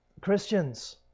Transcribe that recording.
Christians